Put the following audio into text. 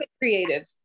creative